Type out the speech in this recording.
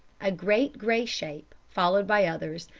a great grey shape, followed by others,